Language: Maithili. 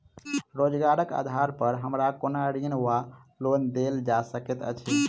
रोजगारक आधार पर हमरा कोनो ऋण वा लोन देल जा सकैत अछि?